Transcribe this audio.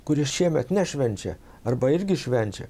kurie šiemet nešvenčia arba irgi švenčia